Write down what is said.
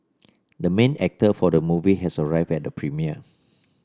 the main actor for the movie has arrived at the premiere